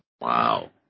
Wow